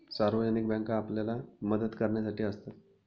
सार्वजनिक बँका आपल्याला मदत करण्यासाठी असतात